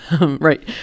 right